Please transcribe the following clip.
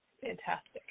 fantastic